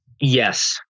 Yes